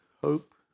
hope